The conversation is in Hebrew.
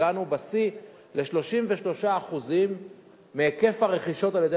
הגענו בשיא ל-33% מהיקף הרכישות על-ידי